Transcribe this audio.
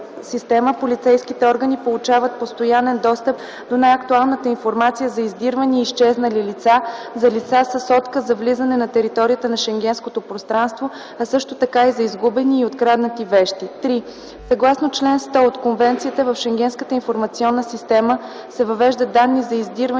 полицейските органи получават постоянен достъп до най-актуалната информация за издирвани и изчезнали лица, за лица с отказ за влизане на територията на Шенгенското пространство, а също така и за изгубени и откраднати вещи. III. Съгласно чл. 100 от Конвенцията, в Шенгенската информационна система се въвеждат данни за издирвани